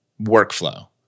workflow